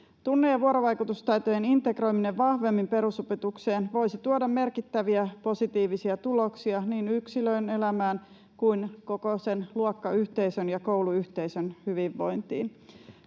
Tunne‑ ja vuorovaikutustaitojen integroiminen vahvemmin perusopetukseen voisi tuoda merkittäviä positiivisia tuloksia niin yksilön elämään kuin koko luokkayhteisön ja kouluyhteisön hyvinvointiin.